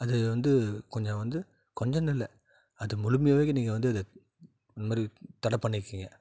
அது வந்து கொஞ்சம் வந்து கொஞ்சோன்னு இல்லை அது முழுமையாவேக்கி நீங்கள் வந்து அதை இந்த மாதிரி தடை பண்ணிக்கங்க